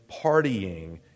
partying